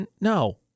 no